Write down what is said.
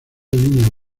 línea